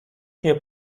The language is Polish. nie